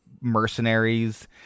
mercenaries